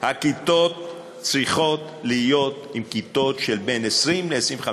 הכיתות צריכות להיות עם כיתות של בין 20 ל-25.